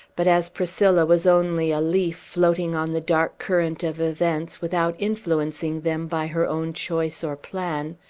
but, as priscilla was only a leaf floating on the dark current of events, without influencing them by her own choice or plan,